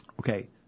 Okay